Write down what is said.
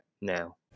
now